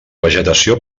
vegetació